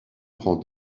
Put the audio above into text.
prend